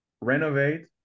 renovate